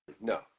no